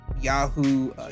Yahoo